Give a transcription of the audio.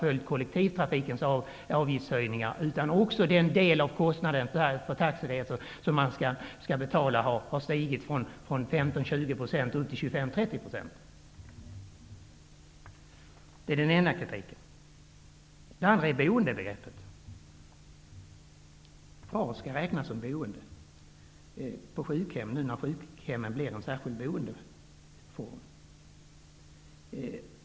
Avgiftshöjningarna har inte bara följt höjningarna av avgifter inom kollektivtrafiken, utan den del av taxiresan som skall betalas har stigit från 15--20 % Den andra kritiken gäller boendebegreppet. Vad skall räknas som boende på sjukhem, nu när sjukhemmen blir en särskild boendeform?